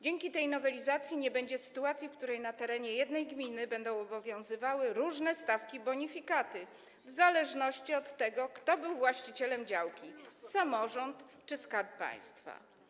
Dzięki tej nowelizacji nie będzie sytuacji, w której na terenie jednej gminy będą obowiązywały różne stawki bonifikaty, w zależności od tego, kto był właścicielem działki: samorząd czy Skarb Państwa.